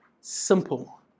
simple